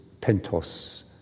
pentos